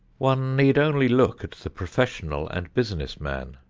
one need only look at the professional and business man,